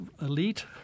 elite